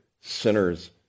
sinners